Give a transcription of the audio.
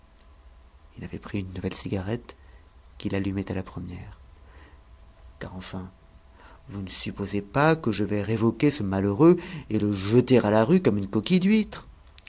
il avait pris une nouvelle cigarette qu'il allumait à la première car enfin vous ne supposez pas que je vais révoquer ce malheureux et le jeter à la rue comme une coquille d'huître